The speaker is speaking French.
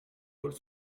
vols